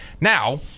Now